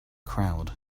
crowd